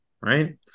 Right